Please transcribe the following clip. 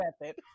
Method